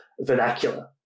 vernacular